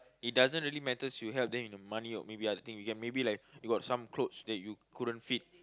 it doesn't really matters you help then you money or maybe other thing you can maybe like you got some clothes that you couldn't fit